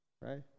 right